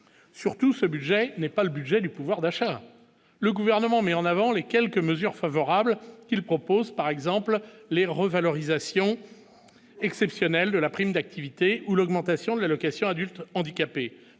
surtout ce budget n'est pas le budget du pouvoir d'achat, le gouvernement met en avant les quelques mesures favorables, il propose par exemple les revalorisations exceptionnelle de la prime d'activité ou l'augmentation de l'allocation adulte handicapé,